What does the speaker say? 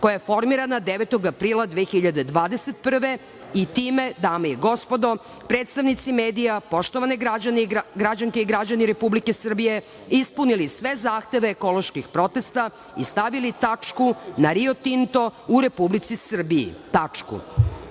koja je formirana 9. aprila 2021. godine i time, dame i gospodo, predstavnici medija, poštovane građanke i građani Republike Srbije, ispunili sve zahteve ekoloških protesta i stavili tačku na Rio Tinto u Republici Srbiju, tačku.